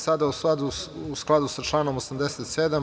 Sada, u skladu sa članom 87.